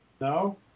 No